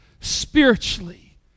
spiritually